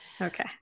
Okay